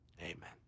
Amen